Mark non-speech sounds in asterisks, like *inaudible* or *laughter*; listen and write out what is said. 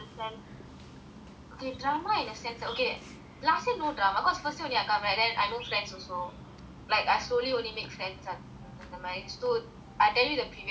okay drama in a sense okay last year no drama because first year I come right then I no friends also like I slowly only make friends *noise* so I tell you the previous years drama